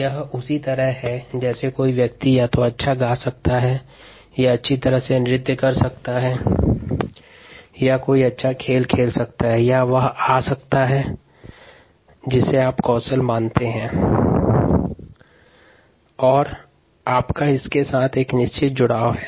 यह उसी तरह है जैसे कोई व्यक्ति या तो अच्छा गा सकता है या अच्छी तरह से नृत्य कर सकता है या कोई खेल अच्छा खेल सकता है या वह आ सकता है जिसे आप कौशल मानते हैं और इसके साथ आपका ख़ास लगाव है